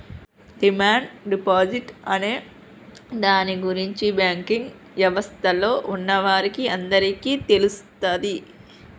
demand deposit అనే దాని గురించి బ్యాంకింగ్ యవస్థలో ఉన్నవాళ్ళకి అందరికీ తెలుస్తది